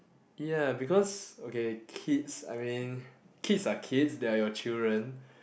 ya because okay kids I mean kids are kids they are your children